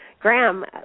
Graham